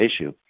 issue